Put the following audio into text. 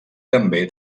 també